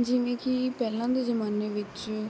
ਜਿਵੇਂ ਕਿ ਪਹਿਲਾਂ ਦੇ ਜ਼ਮਾਨੇ ਵਿੱਚ